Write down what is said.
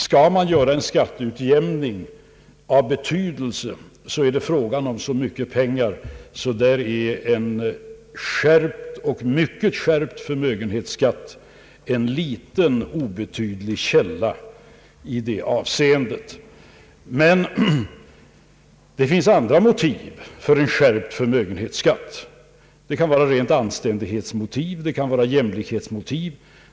Skall man göra en skatteutjämning av betydelse så är det fråga om så mycket pengar att en kraftigt skärpt förmögenhetsskatt är en liten, obetydlig källa i det avseendet. Men det finns andra motiv för en skärpt förmögenhetsskatt. Det kan vara rena anständighetsmotiv, det kan vara jämlikhetsmotiv.